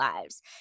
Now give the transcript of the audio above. lives